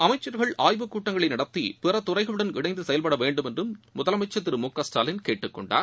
அமைச்சர்கள் ஆய்வுக்கூட்டங்களை நடத்தி பிற துறைகளுடன் இணைந்து செயல்பட வேண்டும் என்றும் திரு முகஸ்டாலின் கேட்டுக்கொண்டார்